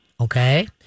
okay